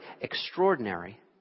extraordinary